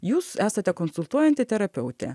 jūs esate konsultuojanti terapeutė